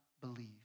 believe